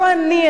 לא אני,